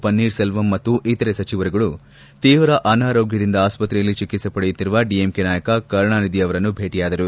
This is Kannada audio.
ಪನ್ನೀರ್ಸೆಲ್ವಂ ಮತ್ತು ಇತರೆ ಸಚಿವರುಗಳು ತೀವ್ರ ಅನಾರೋಗ್ಯದಿಂದ ಆಸ್ಪತ್ರೆಯಲ್ಲಿ ಚಿಕಿತ್ಸೆ ಪಡೆಯುತ್ತಿರುವ ಡಿಎಂಕೆ ನಾಯಕ ಕರುಣಾನಿಧಿ ಅವರನ್ನು ಭೇಟಿಯಾದರು